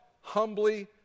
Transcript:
humbly